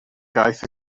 gaeth